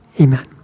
amen